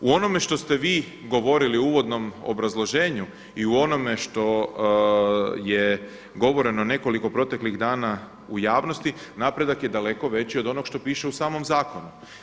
U onome što ste vi govorili u uvodnom obrazloženju i u onome što je govoreno nekoliko proteklih dana u javnosti, napredak je daleko veći od onog što piše u samom zakonu.